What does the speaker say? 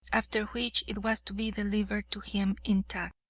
after which it was to be delivered to him intact.